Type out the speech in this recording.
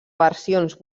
versions